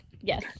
yes